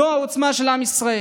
זו העוצמה של עם ישראל,